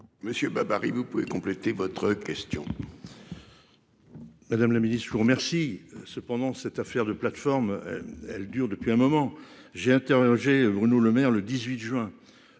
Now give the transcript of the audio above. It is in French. Monsieur babary vous pouvez compléter votre question. Madame la Ministre je vous remercie. Cependant, cette affaire de plateformes. Elle dure depuis un moment, j'ai interrogé Bruno Lemaire le 18 juin.